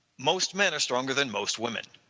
most men are stronger than most women